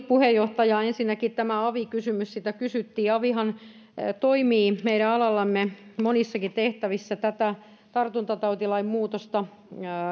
puheenjohtaja ensinnäkin tämä avi kysymys sitä kysyttiin avihan toimii meidän alallamme monissakin tehtävissä tätä tartuntatautilain muutosta